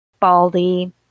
baldy